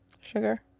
Sugar